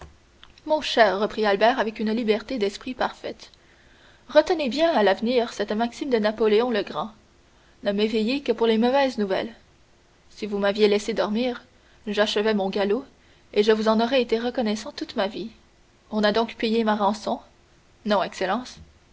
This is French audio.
mon cher reprit albert avec une liberté d'esprit parfaite retenez bien à l'avenir cette maxime de napoléon le grand ne m'éveillez que pour les mauvaises nouvelles si vous m'aviez laissé dormir j'achevais mon galop et je vous en aurais été reconnaissant toute ma vie on a donc payé ma rançon non excellence